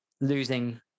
Losing